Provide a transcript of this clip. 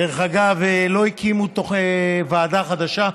דרך אגב, לא הקימו ועדה חדשה.